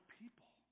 people